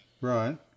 Right